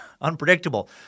unpredictable